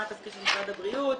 מה התפקיד של משרד הבריאות,